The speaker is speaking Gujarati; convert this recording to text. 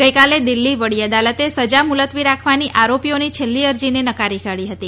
ગઈકાલે દિલ્ફી વડી અદાલતે સજા મુલતવી રાખવાની આરોપીઓની છેલ્લી અરજીને નકારી કાઢી હતી